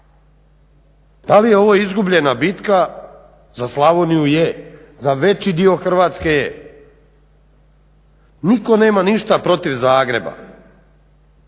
Da li je ovo izgubljena bitka? Za Slavoniju je, za veći dio Hrvatske je. Nitko nema ništa protiv Zagreba,